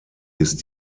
ist